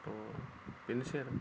त' बेनोसै आरो